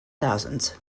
thousands